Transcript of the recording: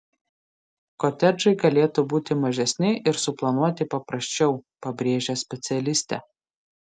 kotedžai galėtų būti mažesni ir suplanuoti paprasčiau pabrėžia specialistė